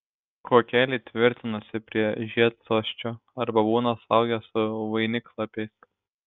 kuokeliai tvirtinasi prie žiedsosčio arba būna suaugę su vainiklapiais